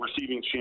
receiving